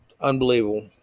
Unbelievable